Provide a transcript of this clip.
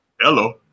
Hello